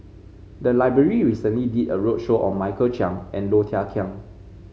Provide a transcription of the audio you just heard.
the library recently did a roadshow on Michael Chiang and Low Thia Khiang